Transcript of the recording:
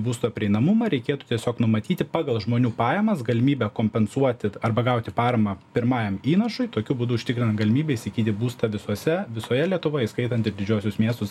būsto prieinamumą reikėtų tiesiog numatyti pagal žmonių pajamas galimybę kompensuoti arba gauti paramą pirmajam įnašui tokiu būdu užtikrinant galimybę įsigyti būstą visuose visoje lietuvoje įskaitant ir didžiuosius miestus